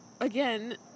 Again